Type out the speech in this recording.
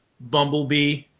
bumblebee